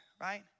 right